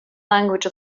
language